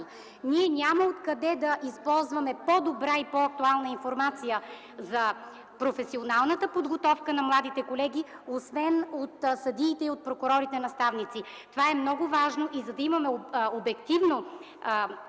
Ние няма къде да използваме по-добра и по-актуална информация за професионалната подготовка на младите колеги, освен от съдиите и прокурорите наставници. Това е много важно и за да имаме обективно